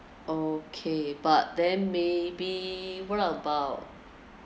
okay but then may be what about